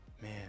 man